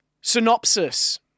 Synopsis